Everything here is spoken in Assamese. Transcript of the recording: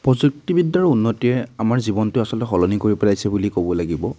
প্ৰযুক্তিবিদ্যাৰ উন্নতিয়ে আমাৰ জীৱনটোৱে আচলতে সলনি কৰি পেলাইছে বুলি ক'ব লাগিব